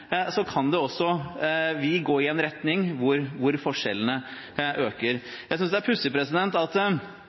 så kan også vi gå i en retning hvor forskjellene øker. Jeg synes det er pussig at